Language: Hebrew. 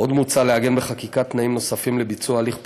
עוד מוצע לעגן בחקיקה תנאים נוספים לביצוע הליך פונדקאות,